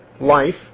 life